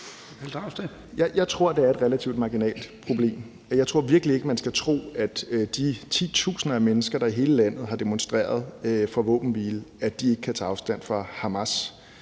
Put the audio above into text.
Jeg tror, det er et relativt marginalt problem. Jeg tror virkelig ikke, man skal tro, at de titusinder af mennesker, der i hele landet har demonstreret for våbenhvile, ikke kan tage afstand fra Hamas.